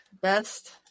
Best